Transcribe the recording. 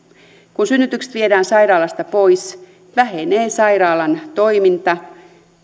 kun synnytykset viedään sairaalasta pois vähenee sairaalan toiminta